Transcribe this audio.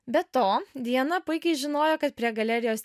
be to diana puikiai žinojo kad prie galerijos